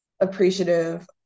appreciative